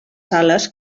sales